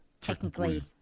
technically